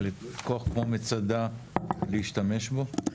אבל כוח כמו מצדה להשתמש בו?